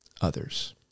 others